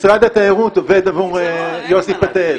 משרד התיירות עובד עבור יוסי פתאל,